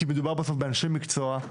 כי מדובר בסוף באנשי מקצוע.